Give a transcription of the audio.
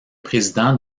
président